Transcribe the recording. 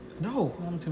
No